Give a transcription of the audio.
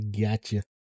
Gotcha